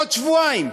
עוד שבועיים.